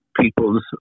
people's